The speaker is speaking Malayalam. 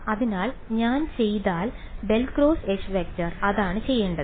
അതിനാൽ ഞാൻ ചെയ്താൽ ∇× H→ അതാണ് ചെയ്യേണ്ടത്